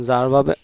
যাৰ বাবে